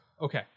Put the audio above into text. Okay